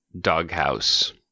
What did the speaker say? doghouse